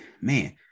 Man